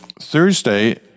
Thursday